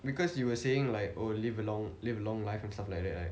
because you were saying like oh live a long live long life and stuff like that right